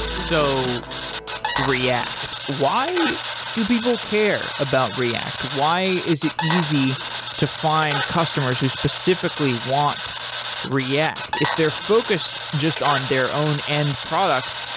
so react, why do people care about react? why is it easy to find customers who specifically want react if they're focused just on their own end product,